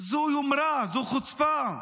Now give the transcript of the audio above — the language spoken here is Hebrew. זו יומרה, זו חוצפה.